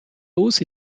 hausse